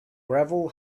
gravel